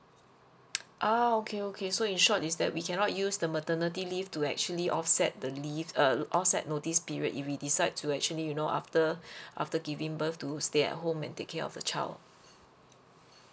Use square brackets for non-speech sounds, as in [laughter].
ah okay okay so in short is that we cannot use the maternity leave to actually offset the leave uh offset notice period if we decide to actually you know after [breath] after giving birth to stay at home and take care of the child